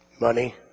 Money